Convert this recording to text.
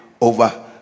over